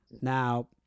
Now